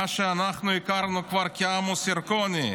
מי שאנחנו מכירים כעמוס ירקוני,